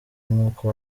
nk’uko